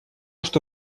что